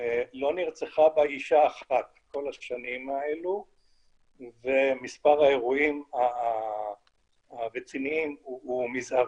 לא נרצחה בה אישה אחת כל השנים האלו ומספר האירועים הרציניים הוא מזערי.